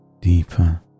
deeper